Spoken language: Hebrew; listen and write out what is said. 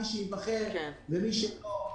מי שייבחר ומי שלא,